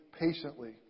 patiently